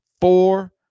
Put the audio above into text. four